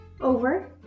over